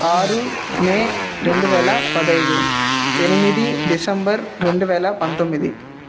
ఆరు మే రెండు వేల పదైదు ఎనిమిది డిసెంబర్ రెండు వేల పంతొమ్మిది